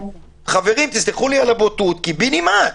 חברים, תסלחו לי על הבוטות, קיבינימט.